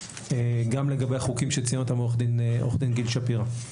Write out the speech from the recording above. גם לגבי החוקים שציין אותם עורך דין גיל שפירא.